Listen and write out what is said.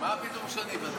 מה פתאום שאני אוותר?